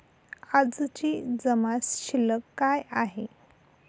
आजची जमा शिल्लक काय आहे?